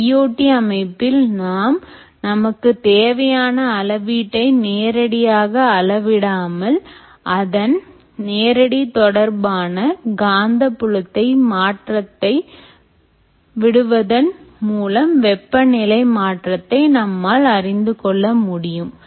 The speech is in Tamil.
IoT அமைப்பில் நாம் நமக்குத் தேவையான அளவீட்டை நேரடியாக அளவு இடாமல் அதன் நேரடி தொடர்பான காந்தப்புலத்தை மாற்றத்தை விடுவதன் மூலம் வெப்ப நிலை மாற்றத்தை நம்மால் அறிந்துகொள்ள முடியும்